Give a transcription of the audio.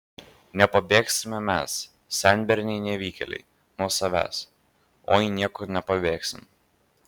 nepabėgsime mes senberniai nevykėliai nuo savęs oi niekur nepabėgsime